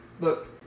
Look